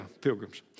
pilgrims